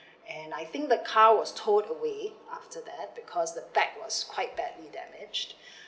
and I think the car was towed away after that because the back was quite badly damage